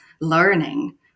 learning